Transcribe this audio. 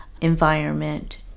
environment